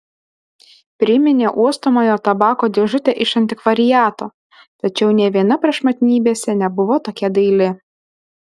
priminė uostomojo tabako dėžutę iš antikvariato tačiau nė viena prašmatnybėse nebuvo tokia daili